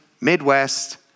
Midwest